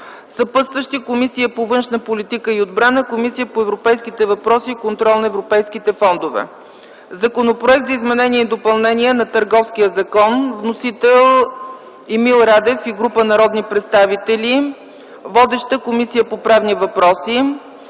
Съпътстващи са Комисията по външна политика и отбрана, Комисията по европейските въпроси и контрол на европейските фондове. - Законопроект за изменение и допълнение на Търговския закон. Вносител е Емил Радев и група народни представители. Водеща е Комисията по правни въпроси.